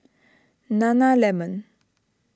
Nana Lemon